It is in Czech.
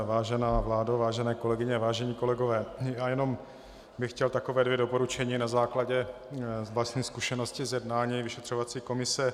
Vážená vládo, vážené kolegyně, vážení kolegové, já bych chtěl jenom dvě doporučení na základě vlastní zkušenosti z jednání vyšetřovací komise.